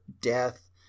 death